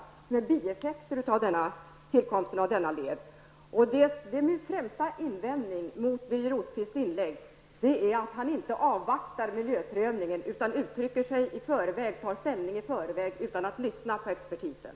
Det kan uppstå bieffekter genom tillkomsten av denna led. Men min främsta invändning mot Birger Rosqvists inlägg är att han inte avvaktar miljöprövningen utan tar ställning i förväg, dvs. innan han har lyssnat på expertisen.